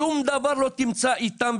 שום דבר לא תמצא איתם.